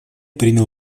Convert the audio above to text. принял